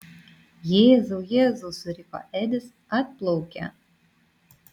jėzau jėzau suriko edis atplaukia